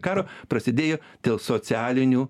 karo prasidėjo dėl socialinių